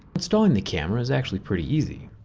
installing the camera is actually pretty easy.